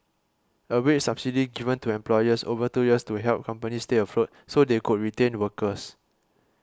a wage subsidy given to employers over two years to help companies stay afloat so they could retain workers